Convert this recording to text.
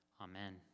Amen